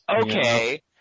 okay